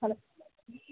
hello